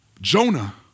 Jonah